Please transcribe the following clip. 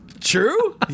True